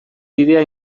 bidea